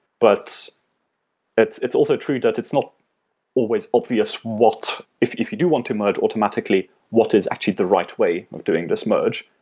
but it's it's also true that it's not always obvious what if if you do want to merge automatically what is actually the right way of doing this merge.